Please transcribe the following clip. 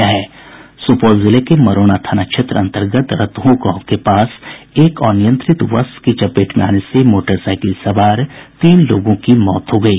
सुपौल जिले के मरौना थाना क्षेत्र अंतर्गत रतहो गांव के पास एक अनियंत्रित बस की चपेट में आने से मोटरसाईकिल सवार तीन लोगों की मौत हो गयी